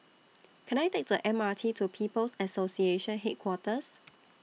Can I Take The M R T to People's Association Headquarters